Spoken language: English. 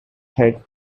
head